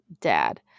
Dad